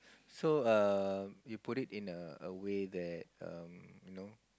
so err you put it in a way that um you know